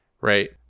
right